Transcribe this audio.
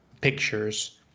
pictures